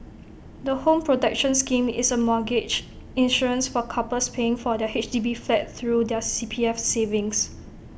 the home protection scheme is A mortgage insurance for couples paying for their H D B flat through their C P F savings